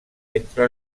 entre